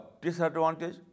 disadvantage